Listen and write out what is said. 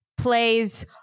plays